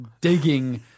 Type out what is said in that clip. digging